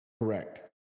Correct